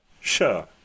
Sure